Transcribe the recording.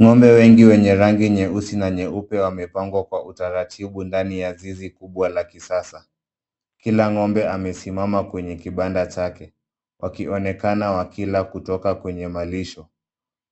Ng'ombe wengi wenye rangi nyeusi na nyeupe wamepangwa kwa utaratibu ndani ya zizi kubwa la kisasa. Kila ng'ombe amesimama kwenye kibanda chake wakionekana wakila kutoka kwenye malisho.